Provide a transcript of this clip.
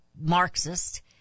Marxist